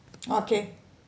okay